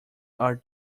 are